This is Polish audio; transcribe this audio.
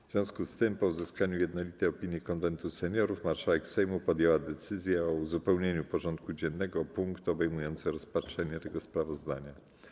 W związku z tym, po uzyskaniu jednolitej opinii Konwentu Seniorów, marszałek Sejmu podjęła decyzję o uzupełnieniu porządku dziennego o punkt obejmujący rozpatrzenie tego sprawozdania.